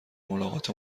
ملاقات